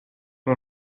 son